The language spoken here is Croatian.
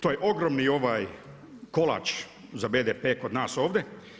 To je ogromni kolač za BDP kod nas ovdje.